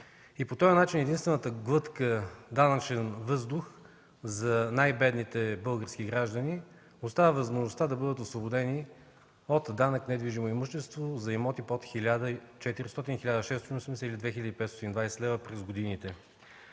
и по този начин единствената глътка данъчен въздух за най-бедните български граждани остава възможността да бъдат освободени от данък недвижимо имущество за имоти под 1400-1680 или 2520 лв. през годините.